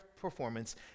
performance